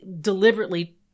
deliberately